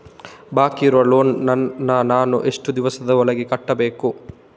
ಬಾಕಿ ಇರುವ ಲೋನ್ ನನ್ನ ನಾನು ಎಷ್ಟು ದಿವಸದ ಒಳಗೆ ಕಟ್ಟಬೇಕು?